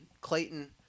Clayton